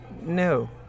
No